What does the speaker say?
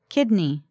Kidney